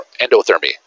endothermy